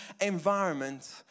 environment